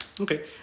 Okay